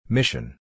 Mission